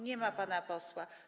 Nie ma pana posła.